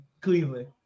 Cleveland